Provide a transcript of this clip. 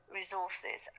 resources